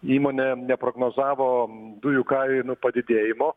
įmonė neprognozavo dujų kainų padidėjimo